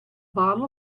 bottle